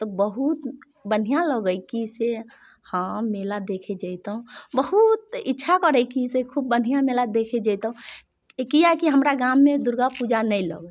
तऽ बहुत बढ़िआँ लगै की से हम मेला देखै जैतहुँ बहुत इच्छा करै की खूब बढ़िआँ मेला देखै जैतहुँ किएक कि हमरा गाममे दुर्गा पूजा नहि लगै